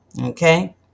Okay